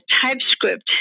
typescript